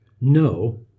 no